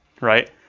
right